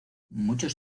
muchos